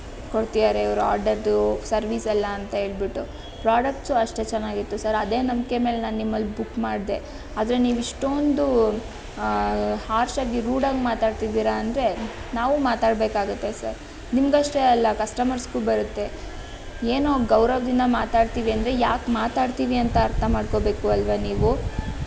ಕೊಡ್ತಿದ್ದಾರೆ ಇವರು ಆರ್ಡರ್ದು ಸರ್ವಿಸೆಲ್ಲ ಅಂತ ಹೇಳಿಬಿಟ್ಟು ಪ್ರಾಡಕ್ಟ್ಸು ಅಷ್ಟೇ ಚೆನ್ನಾಗಿತ್ತು ಸರ್ ಅದೇ ನಂಬಿಕೆ ಮೇಲೆ ನಾನು ನಿಮ್ಮಲ್ಲಿ ಬುಕ್ ಮಾಡಿದೆ ಆದರೆ ನೀವು ಇಷ್ಟೊಂದು ಹಾರ್ಷಾಗಿ ರೂಡಾಗಿ ಮಾತಾಡ್ತಿದ್ದೀರ ಅಂದರೆ ನಾವೂ ಮಾತಾಡಬೇಕಾಗತ್ತೆ ಸರ್ ನಿಮಗಷ್ಟೇ ಅಲ್ಲ ಕಸ್ಟಮರ್ಸ್ಗೂ ಬರತ್ತೆ ಏನೋ ಗೌರವದಿಂದ ಮಾತಾಡ್ತೀವಿ ಅಂದರೆ ಯಾಕೆ ಮಾತಾಡ್ತೀವಿ ಅಂತ ಅರ್ಥ ಮಾಡ್ಕೋಬೇಕು ಅಲ್ವಾ ನೀವು